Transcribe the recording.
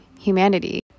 humanity